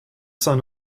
son